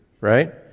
right